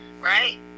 right